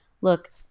look